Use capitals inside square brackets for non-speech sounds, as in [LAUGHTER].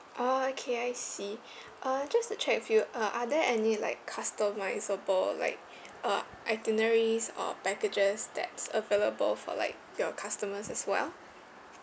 oh okay I see [BREATH] uh just to check with you uh are there any like customisable like [BREATH] uh itineraries or packages that's available for like your customers as well